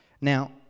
Now